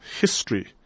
history